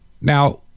Now